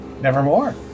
Nevermore